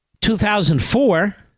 2004